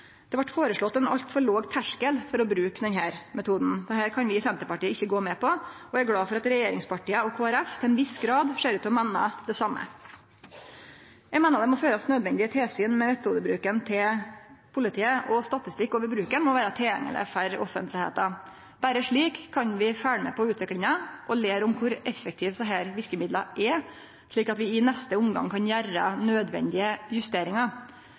Det vart føreslått ein altfor låg terskel for å bruke denne metoden. Det kan vi i Senterpartiet ikkje gå med på, og eg er glad for at regjeringspartia og Kristeleg Folkeparti til ein viss grad ser ut til å meine det same. Eg meiner det må førast nødvendig tilsyn med metodebruken til politiet, og statistikk over bruken må vere tilgjengeleg for offentlegheita. Berre slik kan vi følgje med på utviklinga og lære om kor effektive desse verkemidla er, slik at vi i neste omgang kan gjere nødvendige justeringar.